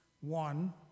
One